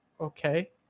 okay